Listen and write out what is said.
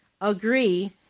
Agree